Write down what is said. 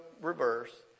reverse